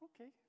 okay